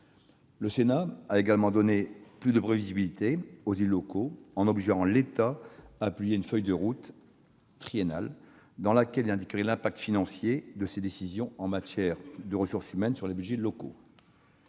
Le Sénat a également donné plus de prévisibilité aux élus locaux en obligeant l'État à publier une feuille de route triennale, dans laquelle il préciserait les incidences financières de ses décisions en matière de ressources humaines sur les budgets locaux.